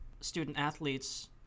student-athletes